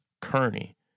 Kearney